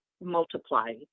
multiply